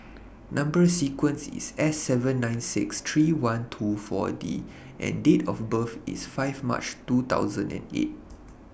Number sequence IS S seven nine six three one two four D and Date of birth IS five March two thousand and eight